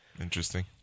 Interesting